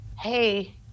hey